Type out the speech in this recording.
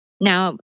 now